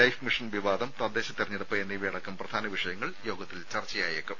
life mission വിവാദം തദ്ദേശ തെരഞ്ഞെടുപ്പ് എന്നിവയടക്കം പ്രധാന വിഷയങ്ങൾ യോഗത്തിൽ ചർച്ചയായേക്കും